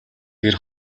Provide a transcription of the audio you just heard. гэр